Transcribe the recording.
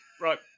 Right